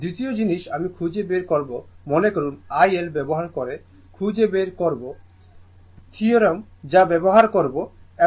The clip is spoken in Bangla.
দ্বিতীয় জিনিস আমি খুঁজে বের করব মনে করুন IL ব্যবহার করে খুঁজে বের করবে সময় দেখুন 1644 থিয়োরেম যা ব্যবহার করব সময় দেখুন 1647